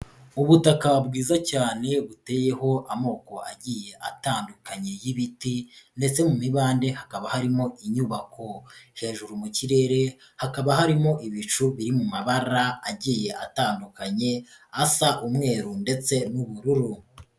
Ubutaka bwiza cyane buteyeho amoko agiye atandukanye y'ibiti, ndetse mu mibande hakaba harimo inyubako hejuru mu kirere hakaba harimo ibicu biri mu mabara agiye atandukanye, asa umweru ndetse n'ubururu.